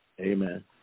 Amen